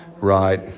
Right